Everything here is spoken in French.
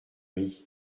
rit